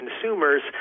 consumers